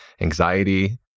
anxiety